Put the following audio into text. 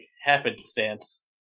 happenstance